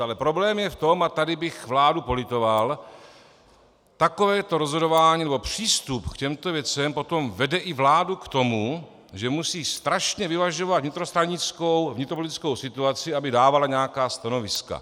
Ale problém je v tom, a tady bych vládu politoval, takové to rozhodování nebo přístup k těmto věcem potom vede i vládu k tomu, že musí strašně vyvažovat vnitrostranickou, vnitropolitickou situaci, aby dávala nějaká stanoviska.